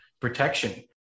protection